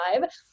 live